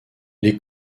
les